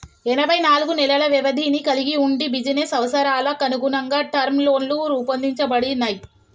ఎనబై నాలుగు నెలల వ్యవధిని కలిగి వుండి బిజినెస్ అవసరాలకనుగుణంగా టర్మ్ లోన్లు రూపొందించబడినయ్